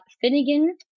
Finnegan